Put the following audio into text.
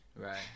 Right